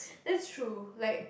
that's true like